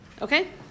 okay